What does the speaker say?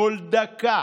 כל דקה,